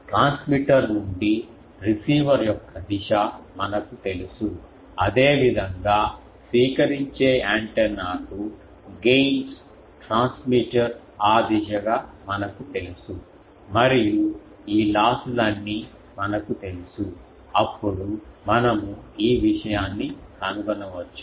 transmitter నుండి receiver యొక్క దిశ మనకు తెలుసు అదేవిధంగా స్వీకరించే యాంటెన్నాకు గెయిన్స్ ట్రాన్స్ ట్రాన్స్మిటర్ ఆ దిశగా మనకు తెలుసు మరియు ఈ లాస్ లన్నీ మనకు తెలుసు అప్పుడు మనము ఈ విషయాన్ని కనుగొనవచ్చు